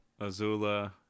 Azula